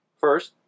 First